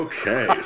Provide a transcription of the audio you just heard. Okay